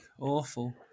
Awful